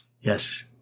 Yes